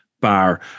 bar